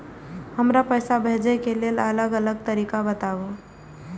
हमरा पैसा भेजै के लेल अलग अलग तरीका बताबु?